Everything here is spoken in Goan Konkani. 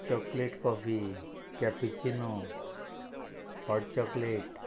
chocolate coffee cappuccino hot chocolate